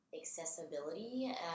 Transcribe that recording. Accessibility